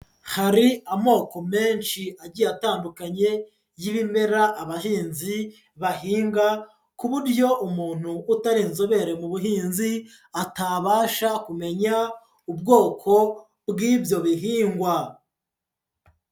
Hari amoko menshi agiye atandukanye y'ibimera abahinzi bahinga ku buryo umuntu utari inzobere mu buhinzi, atabasha kumenya ubwoko bw'ibyo bihingwa.